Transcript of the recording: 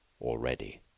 already